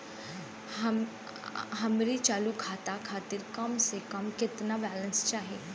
हमरे चालू खाता खातिर कम से कम केतना बैलैंस चाही?